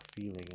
feeling